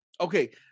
Okay